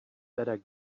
better